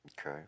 Okay